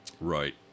right